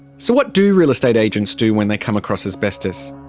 so what do real estate agents do when they come across asbestos?